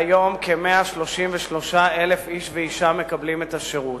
היום כ-133,000 איש ואשה מקבלים את השירות.